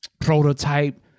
prototype